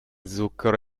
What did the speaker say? zucchero